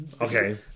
Okay